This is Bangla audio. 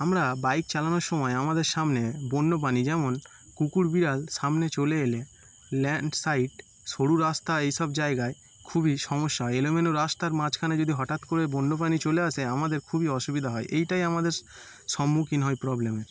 আমরা বাইক চালানোর সমায় আমাদের সামনে বন্য প্রাণী যেমন কুকুর বিড়াল সামনে চলে এলে ল্যান্ড স্লাইড সরু রাস্তা এই সব জায়গায় খুবই সমস্যা এলোমেলো রাস্তার মাঝখানে যদি হঠাৎ করে বন্য প্রাণী চলে আসে আমাদের খুবই অসুবিধা হয় এইটাই আমাদের সম্মুখীন হয় প্রবলেমের